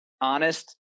honest